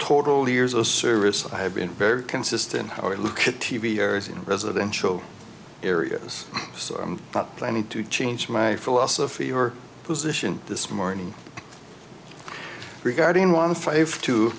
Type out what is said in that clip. total years of service i have been very consistent how i look at t v in residential areas so i'm not planning to change my philosophy or position this morning regarding one five two